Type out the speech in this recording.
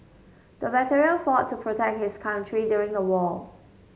the veteran fought to protect his country during the war